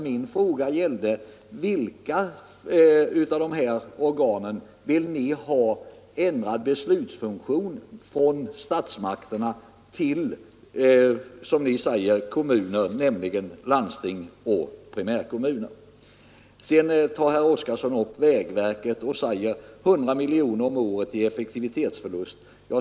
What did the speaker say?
Min fråga gällde för vilka av dessa organ ni vill ha en ändrad beslutsfunktion från statsmakterna till — som ni säger — landsting och primärkommuner. Herr Oskarson tar upp vägverket och säger att det blir 100 miljoner kronor om året i effektivitetsförlust.